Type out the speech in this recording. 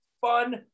fun